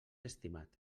estimat